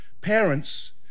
Parents